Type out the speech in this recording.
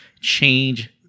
change